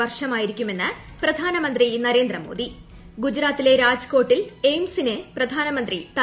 വർഷമായിരിക്കുമെന്ന് പ്രധാനമന്ത്രി നരേന്ദ്രമോദി ഗുജറാത്തിലെ രാജ്കോട്ടിൽ എയിംസിന് പ്രധാനമന്ത്രിച്ചത്രിക്കല്പിട്ടു